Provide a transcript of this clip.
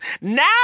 now